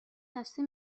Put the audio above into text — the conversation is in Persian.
دسته